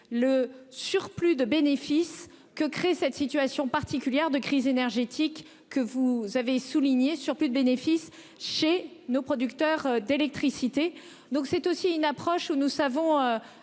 le surplus de bénéfices que crée cette situation particulière de crise énergétique que vous avez souligné sur plus de bénéfices chez nos producteurs d'électricité, donc c'est aussi une approche où nous savons